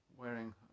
wearing